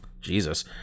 Jesus